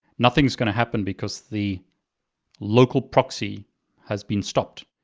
nothing's gonna happen because the local proxy has been stopped.